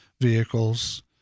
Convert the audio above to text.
vehicles